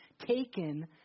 taken